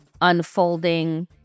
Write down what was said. unfolding